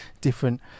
different